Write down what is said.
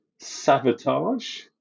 Sabotage